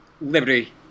Liberty